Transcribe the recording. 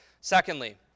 Secondly